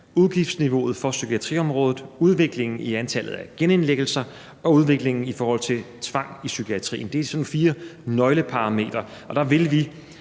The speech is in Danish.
udgiftsniveauet for psykiatriområdet, udviklingen i antallet af genindlæggelser og udviklingen i forhold til tvang i psykiatrien. Det er sådan fire nøgleparametre,